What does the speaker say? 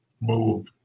move